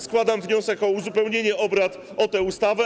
Składam wniosek o uzupełnienie obrad o tę ustawę.